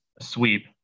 sweep